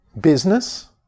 business